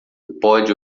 pode